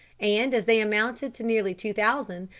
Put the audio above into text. and as they amounted to nearly two thousand,